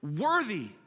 worthy